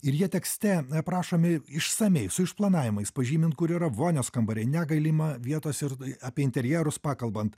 ir jie tekste aprašomi išsamiai su išplanavimais pažymint kur yra vonios kambariai negailima vietos ir apie interjerus pakalbant